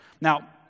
Now